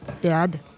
Dad